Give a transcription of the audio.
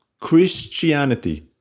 Christianity